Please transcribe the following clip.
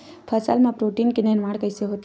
फसल मा प्रोटीन के निर्माण कइसे होथे?